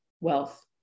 wealth